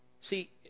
See